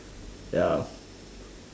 ya